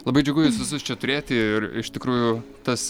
labai džiugu jus visus čia turėti ir iš tikrųjų tas